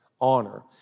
honor